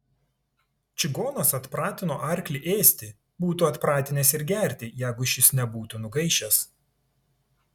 čigonas atpratino arklį ėsti būtų atpratinęs ir gerti jeigu šis nebūtų nugaišęs